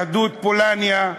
ליהדות פולניה,